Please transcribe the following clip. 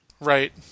Right